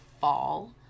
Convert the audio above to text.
fall